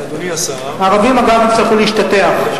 הערבים, אגב, יצטרכו להשתטח.